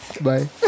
bye